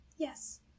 Yes